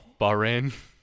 Bahrain